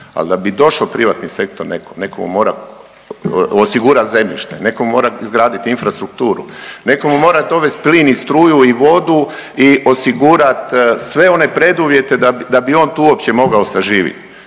ali da bi došao privatni sektor netko mu mora osigurat zemljište, netko mu mora izgradit infrastrukturu, neko mu mora dovesti plin i struju i vodu i osigurat sve one preduvjete da bi on tu uopće mogao saživit.